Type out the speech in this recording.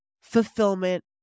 fulfillment